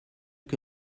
que